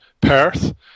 Perth